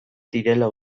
direla